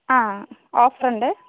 ആ ഓഫറുണ്ട്